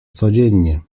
codziennie